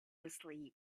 asleep